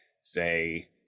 say